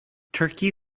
turkey